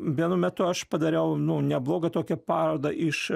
vienu metu aš padariau nu neblogą tokią parodą iš